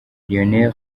lionel